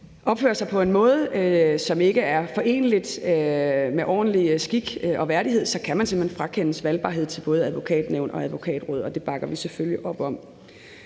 opfører sig på en måde, som ikke er forenelig med ordentlig skik og værdighed, så kan man simpelt hen frakendes valgbarhed til både Advokatnævnet og Advokatrådet, og det bakker vi selvfølgelig op om.